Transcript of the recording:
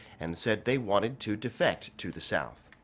and said they wanted to defect to the south.